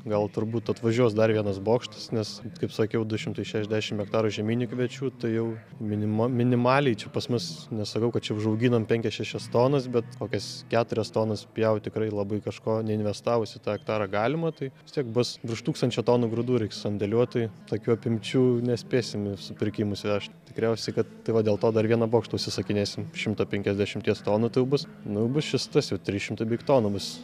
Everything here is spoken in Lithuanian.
gal turbūt atvažiuos dar vienas bokštas nes kaip sakiau du šimtai šešiasdešim hektarų žieminių kviečių tai jau minima minimaliai čia pas mus nesakau kad čia užauginom penkias šešias tonas bet kokias keturias tonas pjaut tikrai labai kažko neinvestavus į tą hektarą galima tai vis tiek bus virš tūkstančio tonų grūdų reiks sandėliuot tai tokių apimčių nespėsim į supirkimus vežt tikriausiai kad tai va dėl to dar vieną bokštą užsisakinėsim šimto penkiasdešimties tonų tai jau bus nu bus šis tas jau trys šimtai beveik tonų bus